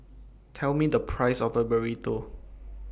Tell Me The Price of Burrito